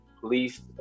police